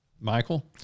Michael